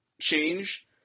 change